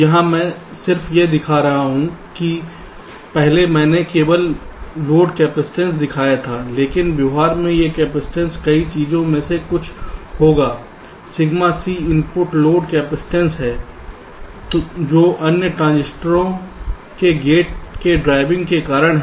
यहां मैं सिर्फ यह दिखा रहा हूं कि पहले मैंने केवल लोड कैपेसिटेंस दिखाया था लेकिन व्यवहार में यह कैपेसिटेंस कई चीजों में से कुछ होगा sigma C input load capacitance है जो अन्य ट्रांजिस्टर के गेट के ड्राइविंग के कारण है